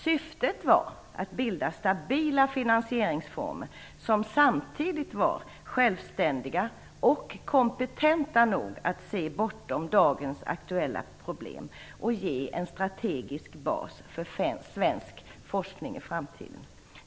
Syftet var att bilda stabila finansieringsformer som samtidigt var självständiga och kompetenta nog att se bortom dagens aktuella problem och att ge en strategisk bas för svensk forskning i framtiden.